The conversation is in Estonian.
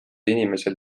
inimesel